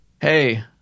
hey